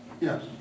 Yes